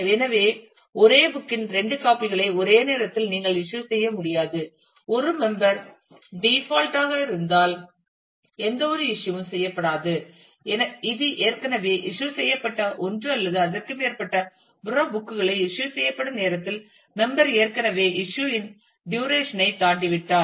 எனவே ஒரே புக் இன் இரண்டு காபிகளை ஒரே நேரத்தில் நீங்கள் இஸ்யூ செய்ய முடியாது ஒரு மெம்பர் டிபால்ட் ஆக இருந்தால் எந்தவொரு இஸ்யூ யும் செய்யப்படமாட்டாது இது ஏற்கனவே இஸ்யூ செய்யப்பட்ட ஒன்று அல்லது அதற்கு மேற்பட்ட பிற புக் களை இஸ்யூ செய்யப்படும் நேரத்தில் மெம்பர் ஏற்கனவே இஸ்யூ இன் டுரேஷன் ஐ தாண்டிவிட்டார்